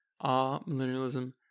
ah-millennialism